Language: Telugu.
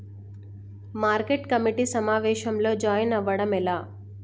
మార్కెట్ కమిటీ సమావేశంలో జాయిన్ అవ్వడం ఎలా?